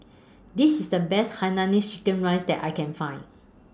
This IS The Best Hainanese Chicken Rice that I Can Find